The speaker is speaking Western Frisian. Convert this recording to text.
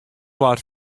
waard